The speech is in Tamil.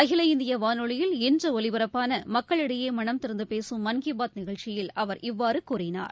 அகில இந்திய வானொலியில் இன்று ஒலிபரப்பான மக்களிடையே மனம் திறந்து பேசும் மன் கீ பாத் நிகழ்ச்சியில் அவர் இவ்வாறு கூறினார்